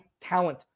talent